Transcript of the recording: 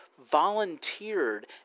volunteered